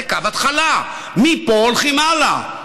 זה קו התחלה, מפה הולכים הלאה.